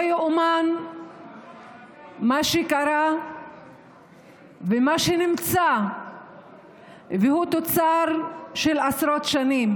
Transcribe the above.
לא ייאמן מה קרה ומה שיש, וזה תוצר של עשרות שנים.